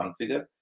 configure